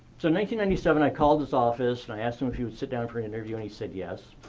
so ninety ninety seven, i called his office and i asked him if he would sit down for an interview and he said, yes.